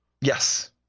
Yes